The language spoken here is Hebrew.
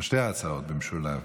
על שתי ההצעות במשולב.